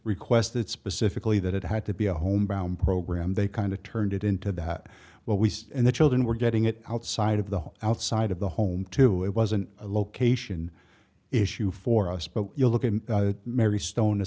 requested specifically that it had to be a home bound program they kind of turned it into that what we see and the children were getting it outside of the outside of the home too it wasn't a location issue for us but you look at mary stone a